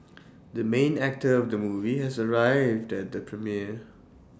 the main actor of the movie has arrived at the premiere